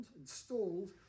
installed